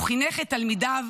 והוא חינך את תלמידיו